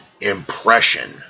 impression